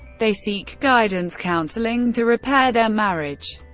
they seek guidance counselling to repair their marriage.